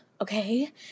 okay